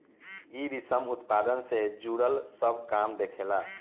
इ रेशम उत्पादन से जुड़ल सब काम देखेला